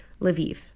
Lviv